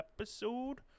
episode